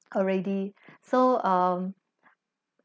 already so um